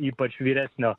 ypač vyresnio